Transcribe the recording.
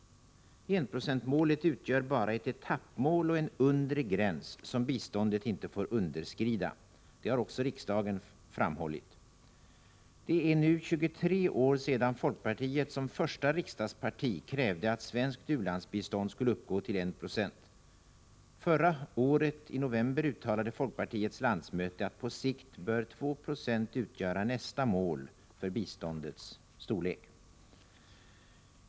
Enprocentsmålet utgör bara ett etappmål och en undre gräns — som biståndet inte får underskrida. Det har också riksdagen framhållit. Det är nu 23 år sedan folkpartiet som första riksdagsparti krävde att svenskt u-landsbistånd skulle uppgå till 196. I november förra året uttalade folkpartiets landsmöte att på sikt bör 2 96 utgöra nästa mål för biståndets storlek.